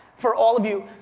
for all of you,